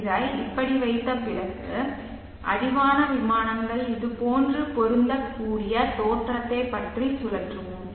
இதை இப்படி வைத்த பிறகு அடிவான விமானங்கள் இதுபோன்று பொருந்தக்கூடிய தோற்றத்தைப் பற்றி சுழற்றுவோம்